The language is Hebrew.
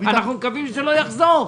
ואנחנו מקווים שזה לא יחזור.